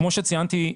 כמו שציינתי,